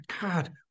god